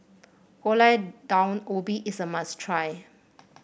Gulai Daun Ubi is a must try